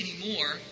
anymore